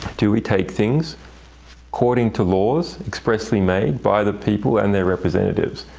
do we take things according to laws expressly made by the people and their representatives?